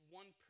one